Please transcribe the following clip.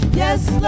yes